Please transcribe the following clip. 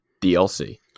DLC